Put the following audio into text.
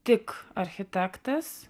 tik architektas